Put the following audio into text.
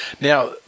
Now